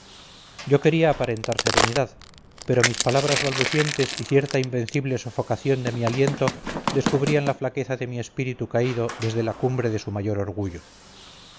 yo quería aparentar serenidad pero mis palabras balbucientes y cierta invencible sofocación de mi aliento descubrían la flaqueza de mi espíritu caído desde la cumbre de su mayor orgullo